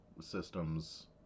systems